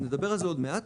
נדבר על זה עוד מעט.